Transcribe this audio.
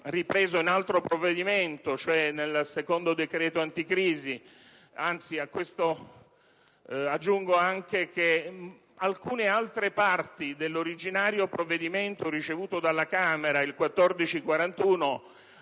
ripreso in altro provvedimento (il secondo decreto anticrisi) e aggiungo che alcune altre parti dell'originario provvedimento trasmesso dalla Camera, l'Atto